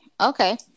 Okay